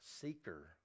seeker